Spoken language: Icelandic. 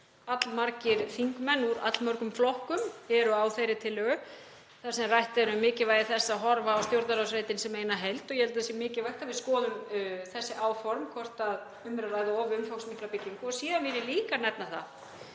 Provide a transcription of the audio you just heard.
Allmargir þingmenn úr allmörgum flokkum eru á þeirri tillögu þar sem rætt er um mikilvægi þess að horfa á Stjórnarráðsreitinn sem eina heild. Ég held að það sé mikilvægt að við skoðum þessi áform, hvort um er að ræða of umfangsmikla byggingu. Síðan vil ég líka nefna það